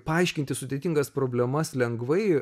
paaiškinti sudėtingas problemas lengvai